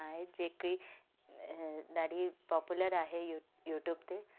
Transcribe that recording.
आहे जेकी ॾाढी पोपुलर आहे यू यूट्यूब ते